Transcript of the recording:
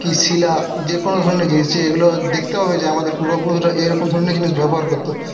কী শিলা যে কোনো ধরনের জিনিস যে এইগুলো দেখতে পাবে যে আমাদের পূর্ব পুরুষরা এইরকম ধরনের জিনিস ব্যবহার করতো